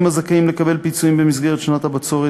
הזכאים לקבל פיצויים במסגרת שנת הבצורת.